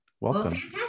welcome